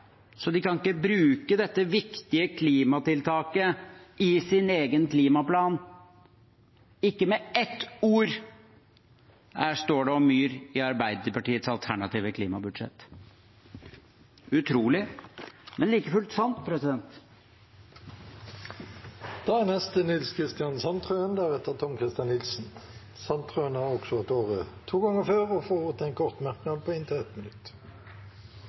de er ikke enige om myr. De kan ikke bruke dette viktige klimatiltaket i sin egen klimaplan. Ikke med ett ord står det om myr i Arbeiderpartiets alternative klimabudsjett – utrolig, men like fullt sant. Representanten Nils Kristian Sandtrøen har hatt ordet to ganger før og får ordet til en kort merknad, begrenset til 1 minutt.